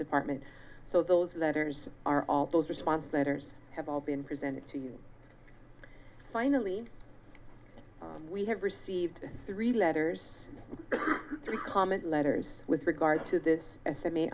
department so those letters are all those responses that are have all been presented to you finally we have received three letters comment letters with regard to this estimate